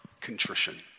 contrition